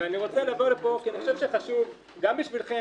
אבל אני רוצה לבוא לפה כי אני חושב שחשוב גם בשבילכם,